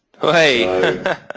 hey